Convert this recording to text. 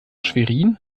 schwerin